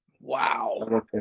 Wow